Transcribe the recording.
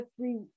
three